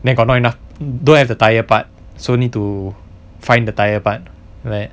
then got not enough don't have the tire part so need to find the tyre part like